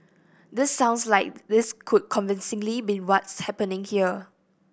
this sounds like this could convincingly be what's happening here